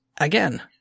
Again